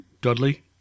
Dudley